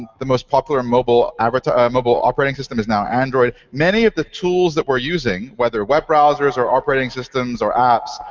the most popular mobile ah but mobile operating system is now android. many of the tools that we're using, whether web browsers or operating systems or apps,